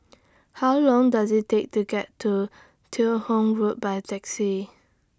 How Long Does IT Take to get to Teo Hong Road By Taxi